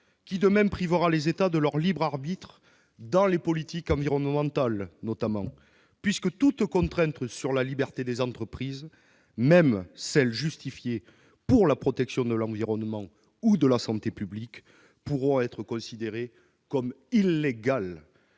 qui privera les États de leur libre arbitre dans les politiques environnementales, notamment, puisque toutes les contraintes pour la liberté des entreprises, même celles qui sont justifiées par la protection de l'environnement ou de la santé publique, pourront être considérées comme illégales